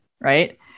right